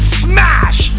smash